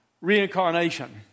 reincarnation